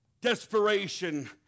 Desperation